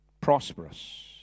prosperous